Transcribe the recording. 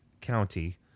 County